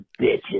bitches